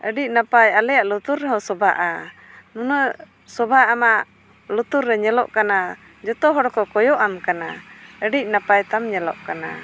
ᱟᱹᱰᱤ ᱱᱟᱯᱟᱭ ᱟᱞᱮᱭᱟᱜ ᱞᱩᱛᱩᱨ ᱨᱮᱦᱚᱸ ᱥᱚᱵᱷᱟᱜᱼᱟ ᱱᱩᱱᱟᱹᱜ ᱥᱚᱵᱷᱟ ᱟᱢᱟᱜ ᱞᱩᱛᱩᱨ ᱨᱮ ᱧᱮᱞᱚᱜ ᱠᱟᱱᱟ ᱡᱚᱛᱚ ᱦᱚᱲ ᱠᱚ ᱠᱚᱭᱚᱜ ᱟᱢ ᱠᱟᱱᱟ ᱟᱹᱰᱤ ᱱᱟᱯᱟᱭ ᱛᱟᱢ ᱧᱮᱞᱚᱜ ᱠᱟᱱᱟ